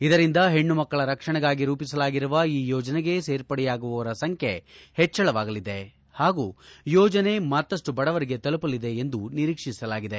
ಇದರಿಂದ ಹೆಣ್ಣು ಮಕ್ಕಳ ರಕ್ಷಣೆಗಾಗಿ ರೂಪಿಸಲಾಗಿರುವ ಈ ಯೋಜನೆಗೆ ಸೇರ್ಪಡೆಯಾಗುವವರ ಸಂಖ್ಯೆ ಹೆಚ್ಚಳವಾಗಲಿದೆ ಹಾಗೂ ಯೋಜನೆ ಮತ್ತಷ್ಟು ಬಡವರಿಗೂ ತಲುಪಲಿದೆ ಎಂದು ನಿರೀಕ್ಷಿಸಲಾಗಿದೆ